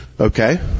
Okay